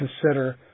consider